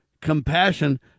compassion